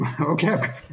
okay